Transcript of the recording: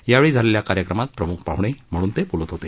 यावेळी झालेल्या कार्यक्रमात प्रमुख पाहुणे म्हणून ते बोलत होते